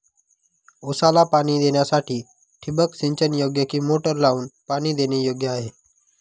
ऊसाला पाणी देण्यासाठी ठिबक सिंचन योग्य कि मोटर लावून पाणी देणे योग्य आहे?